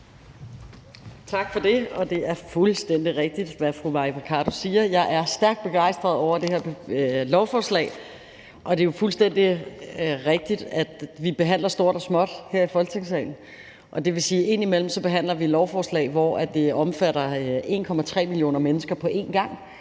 Tak for det. Det er fuldstændig rigtigt, hvad fru Mai Mercado siger: Jeg er stærkt begejstret over det her lovforslag. Det er jo fuldstændig rigtigt, at vi behandler stort og småt her i Folketingssalen, og det vil sige, at vi indimellem behandler lovforslag, hvor det omfatter 1,3 millioner mennesker på en gang,